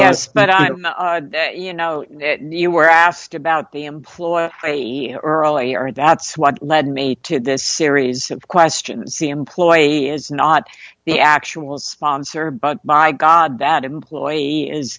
spent you know you were asked about the employer earlier and that's what led me to this series of questions the employee is not the actual sponsor but by god that employee is